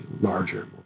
larger